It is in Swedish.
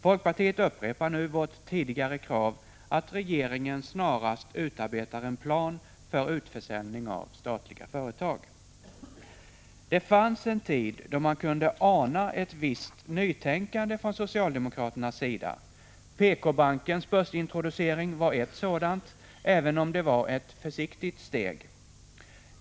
Folkpartiet upprepar nu kravet att regeringen snarast utarbetar en plan för utförsäljning av statliga företag. Det fanns en tid då man kunde ana ett visst nytänkande från socialdemokraternas sida. PK-bankens börsintroducering var ett sådant, även om det var ett försiktigt steg.